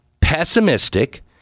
pessimistic